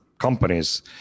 companies